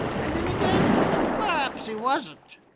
and then again perhaps he wasn't.